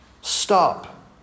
Stop